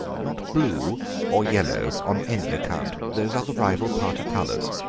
not blue or yellow on any account those are the rival party colours,